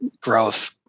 growth